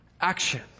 action